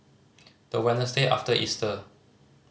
the Wednesday after Easter